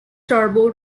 turbo